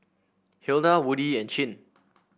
Hilda Woodie and Chin